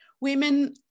women